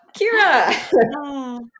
Kira